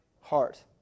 heart